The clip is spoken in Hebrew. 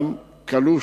שלהם ליהדות קלוש.